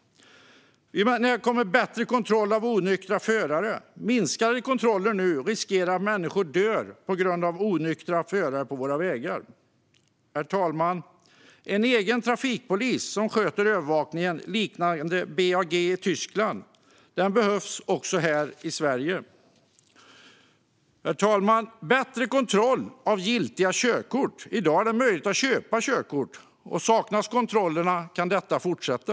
När kommer det bättre kontroll av onyktra förare? Med minskade kontroller riskerar människor att dö på grund av onyktra förare på våra vägar. Herr talman! Här i Sverige behövs det en trafikpolisenhet som sköter övervakningen, liknande BAG i Tyskland. Herr talman! Det behövs bättre kontroll av körkort. I dag är det möjligt att köpa körkort. Saknas kontrollerna kan detta fortsätta.